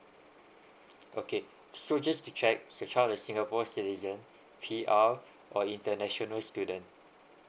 okay so just to check the child is singapore citizen P_R or international student